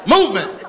Movement